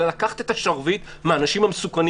אלא לקחת את השרביט מהאנשים המסוכנים